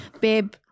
babe